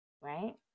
right